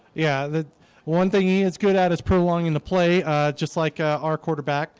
yeah. the one thing he is good at is prolonging the play just like ah our quarterback